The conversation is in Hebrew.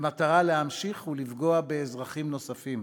במטרה להמשיך ולפגוע באזרחים נוספים.